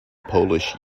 polish